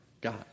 God